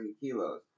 kilos